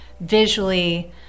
visually